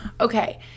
Okay